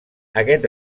aquest